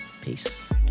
Peace